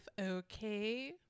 okay